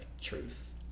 truth